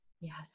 Yes